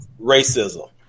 Racism